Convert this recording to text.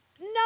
No